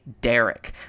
Derek